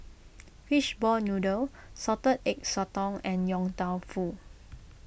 Fishball Noodle Salted Egg Sotong and Yong Tau Foo